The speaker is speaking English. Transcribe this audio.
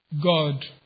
God